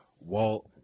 Walt